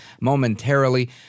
momentarily